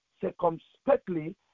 circumspectly